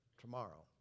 tomorrow